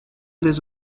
this